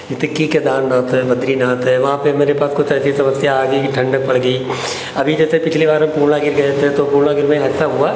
जैसे कि केदारनाथ है बद्रीनाथ है वहाँ पे मेरे पास कुछ ऐसी समस्या आ गई कि ठंडक पड़ गई अभी जैसे पिछली बार हम पूर्णागिरि गए थे तो पूर्णागिरि में ऐसा हुआ